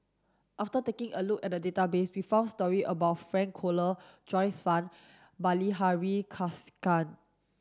after taking a look at the database we found story about Frank Cloutier Joyce Fan Bilahari Kausikan